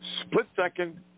split-second